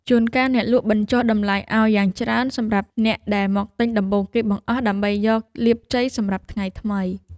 ជួនកាលអ្នកលក់បញ្ចុះតម្លៃឱ្យយ៉ាងច្រើនសម្រាប់អ្នកដែលមកទិញដំបូងគេបង្អស់ដើម្បីយកលាភជ័យសម្រាប់ថ្ងៃថ្មី។